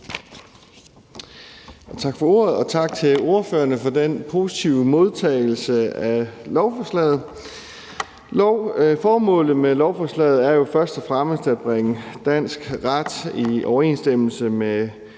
formand, og tak til ordførerne for den positive modtagelse af lovforslaget. Formålet med lovforslaget er jo først og fremmest at bringe dansk ret i overensstemmelse med